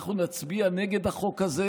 אנחנו נצביע נגד החוק הזה